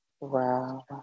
Wow